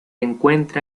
encuentra